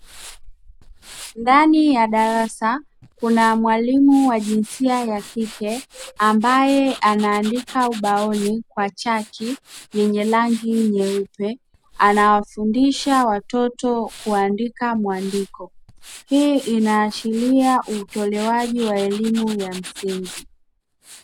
Ndani ya darasa kuna mwalimu wa jinsia ya kike, ambaye anaandika ubaoni kwa chaki yenye rangi nyeupe, anawafundisha watoto kuandika mwandiko, hii inaashiria utolewaji wa elimu ya msingi.